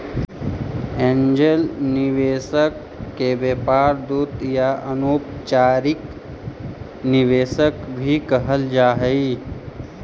angel निवेशक के व्यापार दूत या अनौपचारिक निवेशक भी कहल जा हई